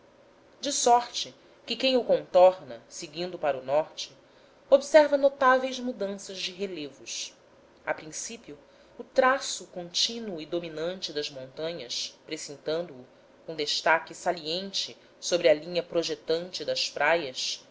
de sorte que quem o contorna seguindo para o norte observa notáveis mudanças de relevos a princípio o traço contínuo e dominante das montanhas precintando o com destaque saliente sobre a linha projetante das praias